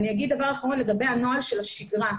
ואני אגיד דבר אחרון לגבי הנוהל של השגרה.